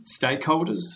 stakeholders